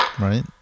right